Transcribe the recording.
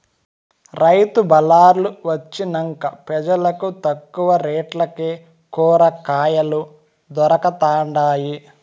రైతు బళార్లు వొచ్చినంక పెజలకు తక్కువ రేట్లకే కూరకాయలు దొరకతండాయి